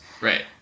Right